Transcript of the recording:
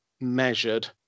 measured